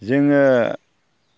जोङो